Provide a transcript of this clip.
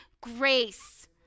grace